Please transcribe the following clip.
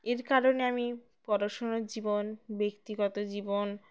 এর কারণে আমি পড়াশুনার জীবন ব্যক্তিগত জীবন